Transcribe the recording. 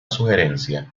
sugerencia